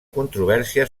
controvèrsia